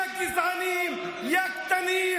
יא גזענים, יא קטנים.